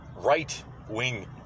right-wing